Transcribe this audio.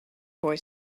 boy